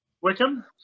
Wickham